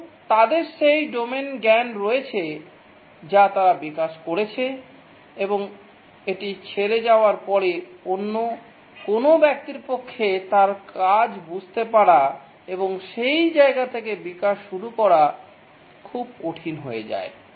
এবং তাদের সেই ডোমেন জ্ঞান রয়েছে যা তারা বিকাশ করেছে এবং এটি ছেড়ে যাওয়ার পরে অন্য কোনও ব্যক্তির পক্ষে তার কাজ বুঝতে পারা এবং সেই জায়গা থেকে বিকাশ শুরু করা খুব কঠিন হয়ে যায়